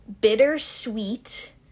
bittersweet